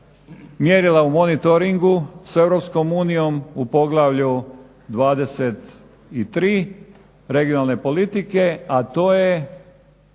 mjerila u monetoring s Europskom unijom u poglavlju 23. regionalne politike, a to je